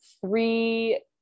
three